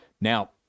Now